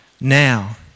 now